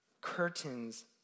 curtains